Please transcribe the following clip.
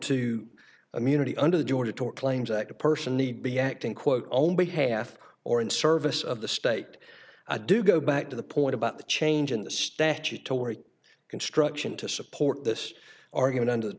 to immunity under the door to tort claims act a person need be acting quote only half or in service of the state i do go back to the point about the change in the statutory construction to support this argument under the